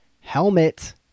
helmet